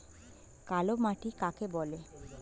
কালো মাটি কাকে বলে?